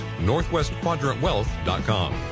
northwestquadrantwealth.com